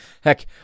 heck